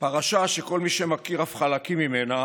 פרשה שכל מי שמכיר אף חלקים ממנה